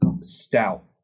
stout